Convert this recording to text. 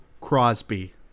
crosby